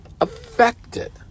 affected